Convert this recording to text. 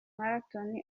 marathon